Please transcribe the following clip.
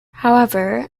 however